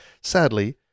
Sadly